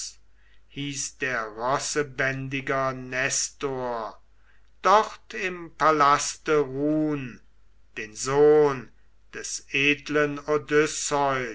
hieß der rossebändiger nestor dort im palaste ruhn den sohn des edlen